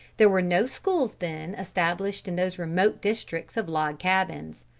there were no schools then established in those remote districts of log cabins.